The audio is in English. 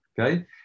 okay